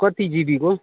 कति जिबीको